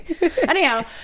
Anyhow